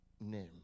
name